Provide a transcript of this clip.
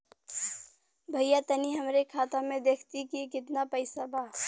भईया तनि हमरे खाता में देखती की कितना पइसा बा?